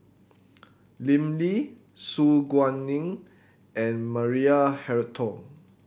Lim Lee Su Guaning and Maria Hertogh